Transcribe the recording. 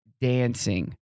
dancing